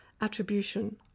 attribution